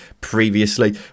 previously